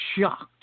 shocked